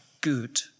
Good